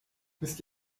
wisst